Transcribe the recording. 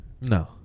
No